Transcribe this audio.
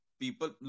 people